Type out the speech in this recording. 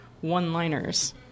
one-liners